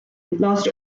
lost